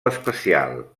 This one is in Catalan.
especial